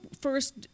first